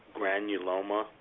granuloma